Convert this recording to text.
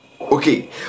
okay